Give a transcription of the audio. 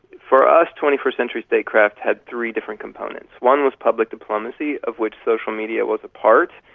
for us, twenty first century statecraft had three different components. one was public diplomacy, of which social media was a part,